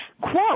quote